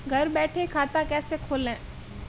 घर बैठे खाता कैसे खोलें?